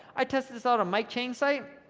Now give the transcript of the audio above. i tested this out on mike chang's site.